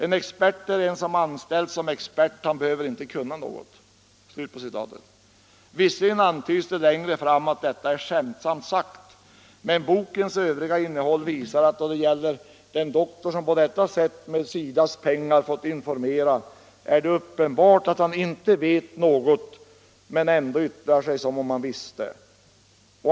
En expert är en som anställts som expert — han behöver inte kunna något.” Visserligen antyds det att detta är skämtsamt sagt, men bokens övriga innehåll visar att den doktor som på detta sätt med SIDA:s pengar fått ”informera” uppenbarligen inte vet något men ändå yttrar sig som om han visste.